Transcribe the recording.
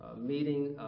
meeting